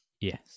Yes